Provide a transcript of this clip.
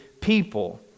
people